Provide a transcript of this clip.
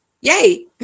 Yay